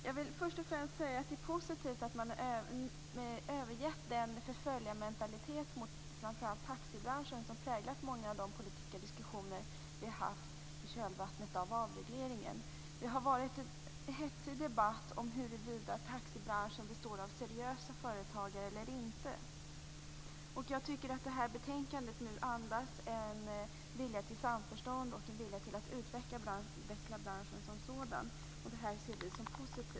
Jag vill först och främst säga att det är positivt att man nu övergett den förföljarmentalitet mot framför allt taxibranschen som präglat många av de politiska diskussioner som vi haft i kölvattnet av avregleringen. Det har varit en hetsig debatt om huruvida taxibranschen består av seriösa företagare eller inte. Jag tycker att det här betänkandet andas en vilja till samförstånd och en vilja till att utveckla branschen som sådan. Det ser vi som positivt.